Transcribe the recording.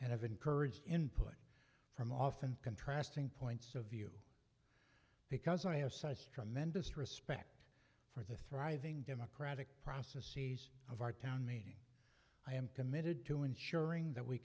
and i've encouraged input from often contrasting points of view because i have such tremendous respect for the thriving democratic process sees of our town meeting i am committed to ensuring that we